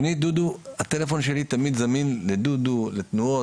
שנית, דודו, הטלפון שלי תמיד זמין לדודו, לתנועות.